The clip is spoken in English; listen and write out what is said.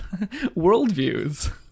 worldviews